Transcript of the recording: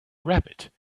rabbit